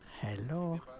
hello